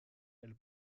elle